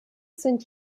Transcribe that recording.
sind